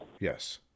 Yes